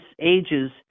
ages